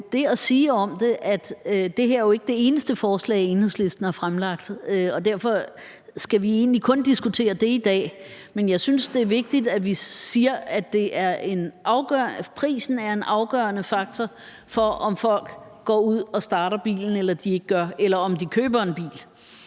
det at sige om det, at det her jo ikke er det eneste forslag, Enhedslisten har fremsat, og derfor skal vi egentlig kun diskuterer det her i dag. Men jeg synes, det er vigtigt, at vi siger, at prisen er en afgørende faktor for, om folk går ud og starter bilen, eller om de ikke gør